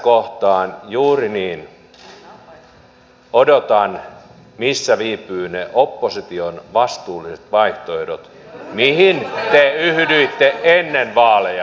juuri niin odotan missä viipyvät ne opposition vastuulliset vaihtoehdot mihin te yhdyitte ennen vaaleja